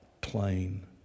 plain